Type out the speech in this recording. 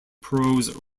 prose